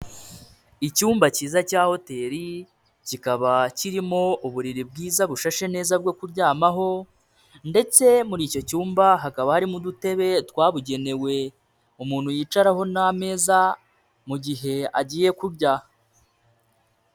Icyumba kiza cya hoteli kikaba kirimo uburiri bwiza bushashe neza bwo kuryamaho ndetse muri icyo cyumba hakaba harimo udutebe twabugenewe umuntu yicaraho n'ameza mu gihe agiye kubya.